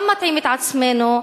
גם מטעים את עצמנו,